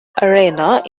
arena